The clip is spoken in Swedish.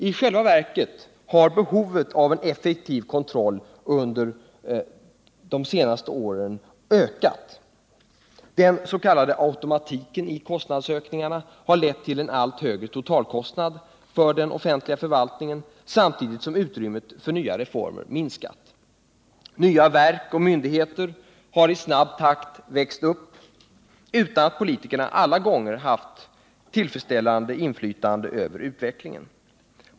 I själva verket har behovet av en effektiv kontroll under de senaste åren ökat. Den s.k. automatiken i kostnadsökningarna har lett till allt högre totalkostnader för den offentliga förvaltningen, samtidigt som utrymmet för nya reformer minskat. Nya verk och myndigheter har i snabb takt vuxit upp, utan att politikerna alla gånger haft ett tillfredsställande inflytande över utvecklingen.